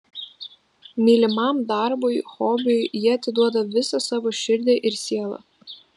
mylimam darbui hobiui jie atiduoda visą savo širdį ir sielą